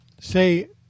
Say